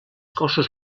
cossos